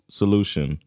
solution